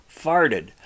farted